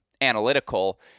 analytical